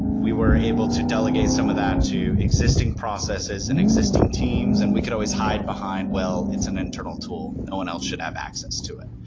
we were able to delegate some of that to existing processes and existing teams and we could always hide behind, well, it's an internal tool. no one else should have access to it.